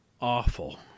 awful